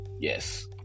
Yes